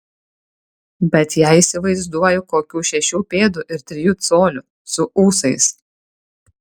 bet ją įsivaizduoju kokių šešių pėdų ir trijų colių su ūsais